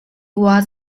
was